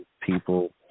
people